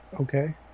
Okay